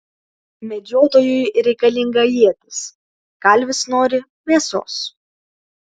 medžiotojui reikalinga ietis kalvis nori mėsos